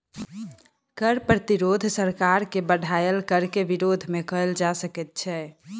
कर प्रतिरोध सरकार के बढ़ायल कर के विरोध मे कयल जा सकैत छै